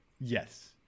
Yes